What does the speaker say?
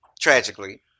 tragically